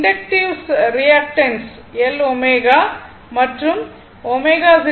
inductive reactance L ω மற்றும் ω 2πf